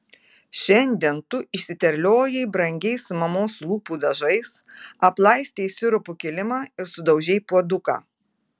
šiandien tu išsiterliojai brangiais mamos lūpų dažais aplaistei sirupu kilimą ir sudaužei puoduką